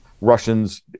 Russians